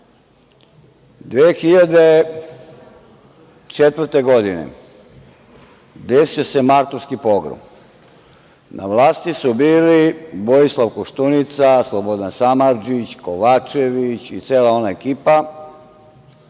2004. desio se martovski pogrom. Na vlasti su bili Vojislav Koštunica, Slobodan Samardžić, Kovačević i cela ona ekipa